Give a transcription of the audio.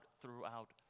throughout